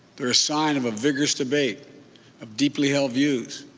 they're a sign of a vigorous debate of deeply held views.